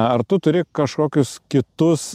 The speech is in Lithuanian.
ar tu turi kažkokius kitus